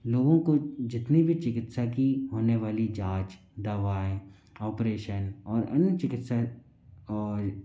लोगों को जितनी भी चिकित्सा की होने वाली जाँच दवाएँ ऑपरेशन और अन्य चिकित्सा और